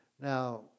Now